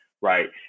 right